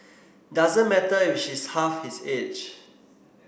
doesn't matter if she's half his age